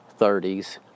30s